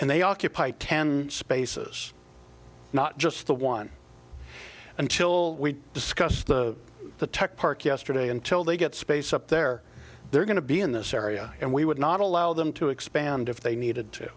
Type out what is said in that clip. and they occupy ten spaces not just the one until we discuss the the tech park yesterday until they get space up there they're going to be in this area and we would not allow them to expand if they needed to